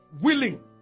willing